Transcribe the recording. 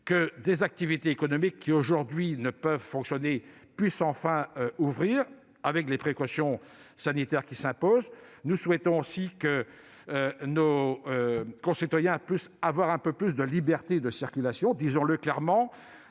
que les activités économiques qui aujourd'hui ne peuvent fonctionner puissent enfin reprendre, avec- je l'ai dit -les précautions sanitaires qui s'imposent. Nous souhaitons aussi que nos concitoyens puissent avoir un peu plus de liberté de circulation. Disons-le sans